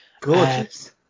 Gorgeous